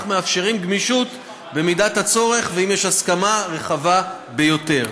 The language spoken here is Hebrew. ומצד שני מאפשרים גמישות במידת הצורך ואם יש הסכמה רחבה ביותר.